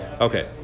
Okay